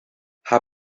ha